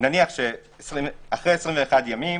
נאמר שאחרי 21 ימים